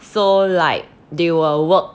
so like they will work